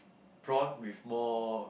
prawn with more